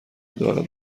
دارد